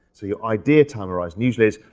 so your ideal time horizon usually is,